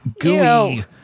gooey